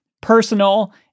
personal